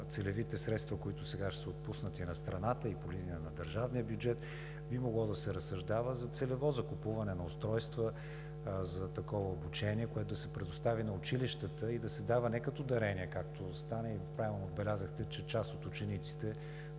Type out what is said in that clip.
целевите средства, които сега ще се отпуснат и на страната, и по линия на държавния бюджет, да се разсъждава за целево закупуване на устройства за такова обучение, което да се предостави на училищата и да се дава не като дарение, както стана – правилно отбелязахте, че част от учениците